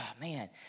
man